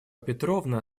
петровна